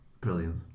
Brilliant